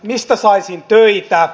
mistä saisin töitä